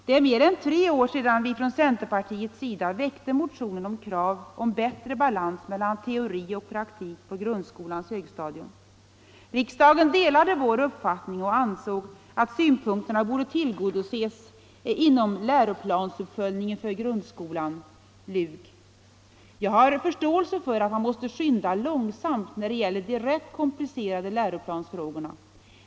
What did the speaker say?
Det är mer än tre år sedan vi från centerpartiets sida väckte en motion med krav på bättre balans mellan teori och praktik på grundskolans högstadium. Riksdagen delade vår uppfattning och ansåg att synpunkterna borde tillgodoses inom läroplansuppföljningen för grundskolan — LUK. Jag har förståelse för att man måste skynda långsamt när det gäller de rätt komplicerade läroplansfrågorna.